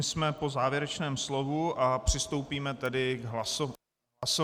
Jsme po závěrečném slovu, přistoupíme tedy k hlasování.